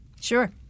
Sure